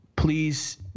please